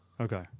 Okay